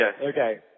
Okay